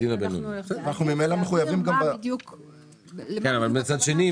מצד שני,